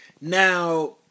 Now